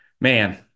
man